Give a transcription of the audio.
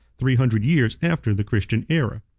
three hundred years after the christian aera.